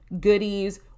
goodies